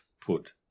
put